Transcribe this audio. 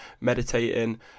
meditating